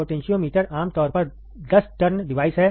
potentiometer आमतौर पर 10 turn device है